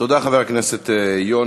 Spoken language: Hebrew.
תודה, חבר הכנסת יונה.